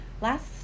last